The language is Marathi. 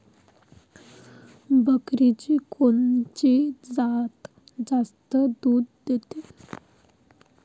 बकरीची कोनची जात जास्त दूध देते?